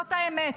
זאת האמת.